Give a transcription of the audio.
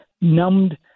numbed